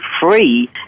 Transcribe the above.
free